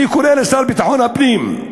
אני קורא לשר לביטחון פנים,